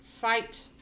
fight